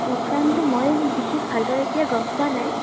প্ৰগ্ৰামটো মই বিশেষ ভালদৰে এতিয়া গম পোৱা নাই